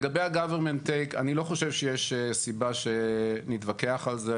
לגבי ה- government takeאני לא חושב שיש סיבה שנתווכח על זה.